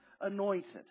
anointed